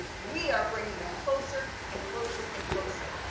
we are bringing them closer and closer and closer.